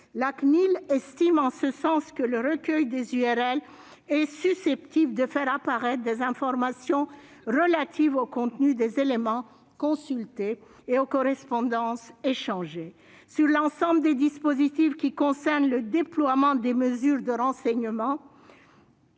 la CNIL, estime en ce sens que le recueil des URL est susceptible de faire apparaître des informations relatives au contenu des éléments consultés ou aux correspondances échangées. Sur l'ensemble des dispositifs qui concernent le déploiement des mesures de renseignement,